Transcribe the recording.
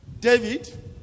David